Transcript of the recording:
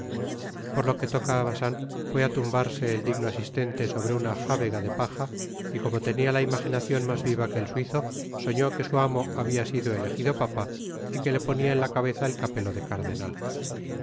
por lo que toca á bacin fué á tumbarse el digno asistente sobre una jábega de paja y como tenia la imaginacion mas viva que el suizo soñó que su amo bahía sido elejido papa y que le ponía en la cabeza el capelo de